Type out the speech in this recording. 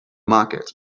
market